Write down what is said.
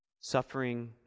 suffering